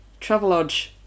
Travelodge